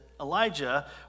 Elijah